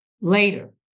later